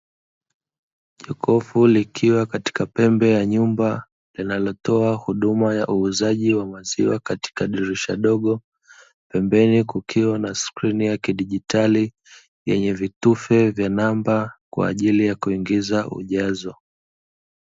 Jokofu likiwa katika pembe ya nyumba, lilnalotoa huduma ya uuzaji wa maziwa katika dirisha dogo, pembeni kukiwa skrini ya kidigitali yenye vitufe vya namba, kwa ajili ya kuingiza ujazo.